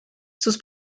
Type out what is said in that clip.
sus